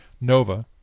nova